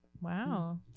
wow